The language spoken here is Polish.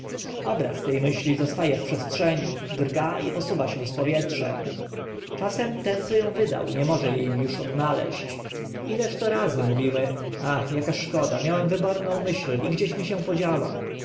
obraz te myśli zosta e w przestrzeni drga i posuwa się z powietrzem czasem ten co ą wydał nie może uż e odnaleźć ileż to razy mówimy ach aka szkoda miałem wyborną myśl i gdzieś mi się podziała